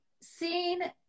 seen